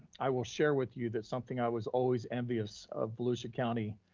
i will share with you that something i was always envious of volusia county,